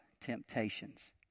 temptations